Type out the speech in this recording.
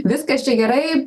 viskas čia gerai